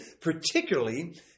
particularly